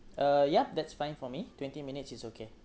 uh yup that's fine for me twenty minutes is okay